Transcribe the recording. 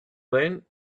then